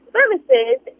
Services